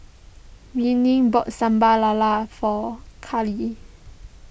Renae bought Sambal Lala for Kaylee